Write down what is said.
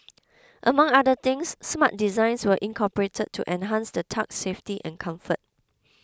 among other things smart designs were incorporated to enhance the tug's safety and comfort